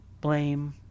Blame